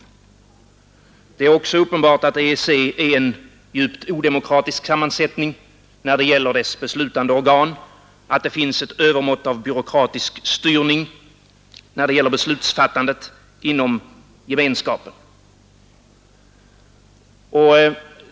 Det är också uppenbart att EEC har en djupt odemokratisk sammansättning när det gäller dess beslutande organ, att det finns ett övermått av byråkratisk styrning i beslutsfattandet inom gemenskapen.